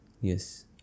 Yes